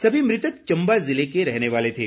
सभी मृतक चम्बा जिले के रहने वाले थे